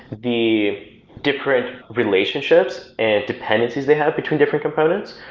the different relationships and dependencies they have between different components.